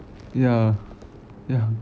ya ya